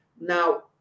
Now